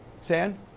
San